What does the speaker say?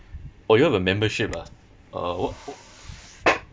oh you all have a membership ah uh what wh~